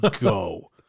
go